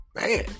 Man